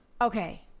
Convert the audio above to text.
Okay